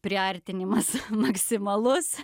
priartinimas maksimalus